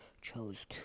chose